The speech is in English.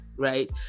Right